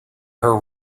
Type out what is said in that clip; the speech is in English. her